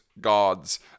gods